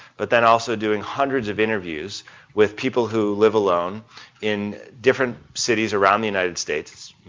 but then also doing hundreds of interviews with people who live alone in different cities around the united states,